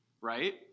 right